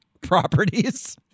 properties